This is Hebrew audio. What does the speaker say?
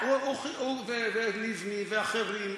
כן, הוא ולבני ואחרים.